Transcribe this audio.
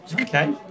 Okay